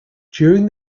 during